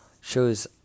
shows